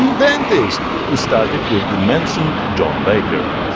and dentist who studied with the mentioned john baker.